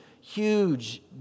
huge